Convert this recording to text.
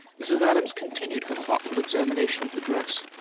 mrs. adams continued her thoughtful examination of the dress.